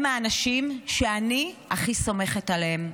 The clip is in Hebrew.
הם האנשים שאני הכי סומכת עליהם.